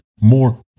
more